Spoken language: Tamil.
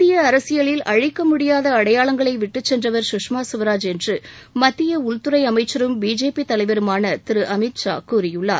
இந்திய அரசியலில் அழிக்க முடியாத அடையாளங்களை விட்டுச் சென்றவர் சுஷ்மா ஸ்வராஜ் என்று மத்திய உள்துறை அமைச்சரும் பிஜேபி தலைவருமான திரு அமித்ஷா கூறியுள்ளார்